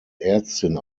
ärztin